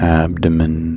abdomen